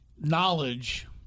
knowledge